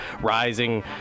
Rising